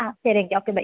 ആ ശരി എങ്കില് ഒക്കെ ബൈ